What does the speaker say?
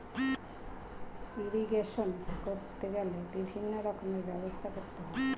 irrigation করতে গেলে বিভিন্ন রকমের ব্যবস্থা করতে হয়